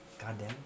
Goddamn